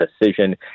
decision